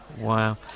Wow